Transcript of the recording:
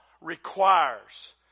requires